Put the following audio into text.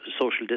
social